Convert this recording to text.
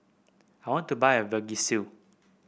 I want to buy a Vagisil